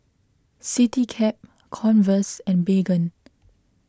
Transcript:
CityCab Converse and Baygon